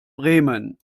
bremen